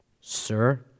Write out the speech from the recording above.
sir